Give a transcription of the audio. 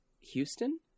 Houston